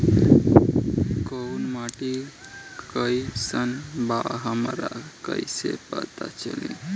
कोउन माटी कई सन बा हमरा कई से पता चली?